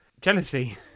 jealousy